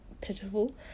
pitiful